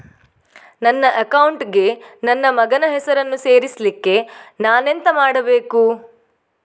ನನ್ನ ಅಕೌಂಟ್ ಗೆ ನನ್ನ ಮಗನ ಹೆಸರನ್ನು ಸೇರಿಸ್ಲಿಕ್ಕೆ ನಾನೆಂತ ಮಾಡಬೇಕು?